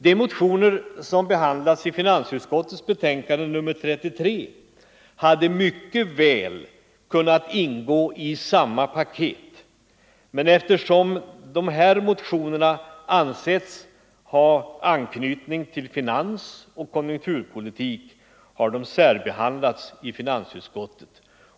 De motioner som behandlats i finansutskottets betänkande nr 33 hade mycket väl kunnat ingå i samma paket, men eftersom desamma anses ha anknytning till finansoch konjunkturpolitik har de särbehandlats i finansutskottet.